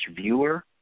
viewer